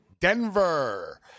Denver